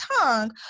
tongue